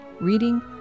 reading